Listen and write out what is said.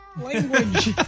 language